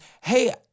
hey